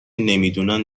نمیدونن